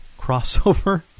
crossover